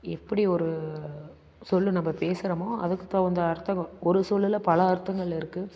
எப்படி ஒரு சொல்லு நம்ம பேசுகிறோமோ அதுக்குத் தகுந்த அர்த்தங்கள் ஒரு சொல்லில் பல அர்த்தங்கள் இருக்குது